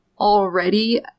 already